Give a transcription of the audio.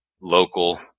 local